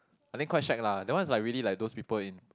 I think quite shag lah that one is like really like those people in